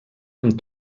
amb